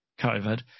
COVID